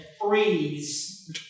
freeze